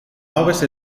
ovest